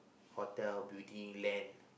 hotel building land